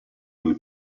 lui